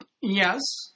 yes